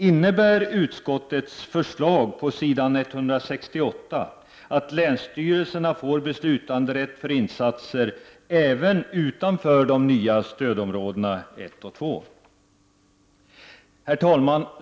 Innebär utskottets förslag på s. 168 att länsstyrelserna får beslutanderätt för insatser även utanför de nya stödområdena 1 och 2? Herr talman!